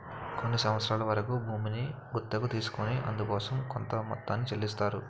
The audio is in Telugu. కొన్ని సంవత్సరాల వరకు భూమిని గుత్తకు తీసుకొని అందుకోసం కొంత మొత్తాన్ని చెల్లిస్తారు